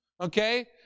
okay